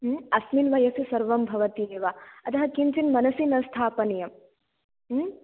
अस्मिन् वयसि सर्वं भवति एव अतः किञ्चित् मनसि न स्थापनीयम्